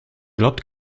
glaubt